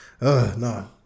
No